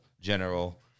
general